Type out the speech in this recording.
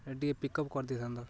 ଏ ଟିକିଏ ପିକଅପ୍ କରିଦେଇଥାନ୍ତ